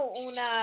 una